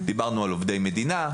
דיברנו על עובדי מדינה,